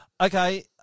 Okay